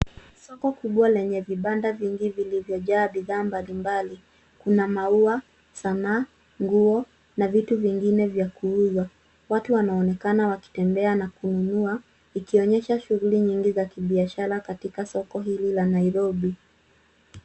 Soko kubwa lenye vibanda vingi vilivyojaa bidhaa mbalimbali. Kuna maua, sanaa, nguo na vitu vingine vya kuuza. Watu wanaonekana wakitembea na kununua ikionyesha shughuli nyingi za kibiashara katika soko hili la Nairobi.